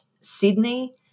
sydney